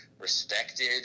respected